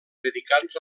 dedicats